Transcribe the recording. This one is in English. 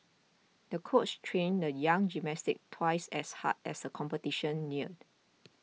the coach trained the young gymnast twice as hard as a competition neared